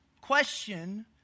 question